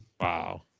Wow